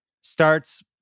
starts